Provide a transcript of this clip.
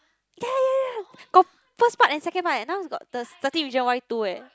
yea yea yea got first part and second part now it's got the thirteen reasons why two leh